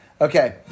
Okay